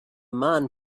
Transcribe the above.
man